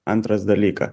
antras dalykas